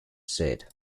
said